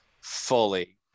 fully